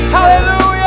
Hallelujah